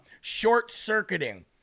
short-circuiting